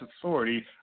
authority